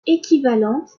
équivalente